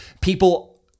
people